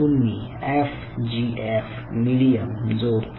तुम्ही FGF medium जोडता